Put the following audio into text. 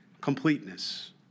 Completeness